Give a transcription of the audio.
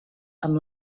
amb